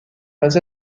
pas